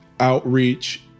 outreach